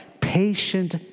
patient